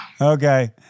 Okay